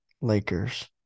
Lakers